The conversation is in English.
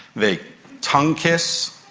they tongue kiss,